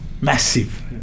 Massive